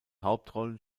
hauptrollen